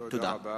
תודה.